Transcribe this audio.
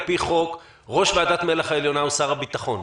על פי חוק ראש ועדת מל"ח העליונה הוא שר הביטחון,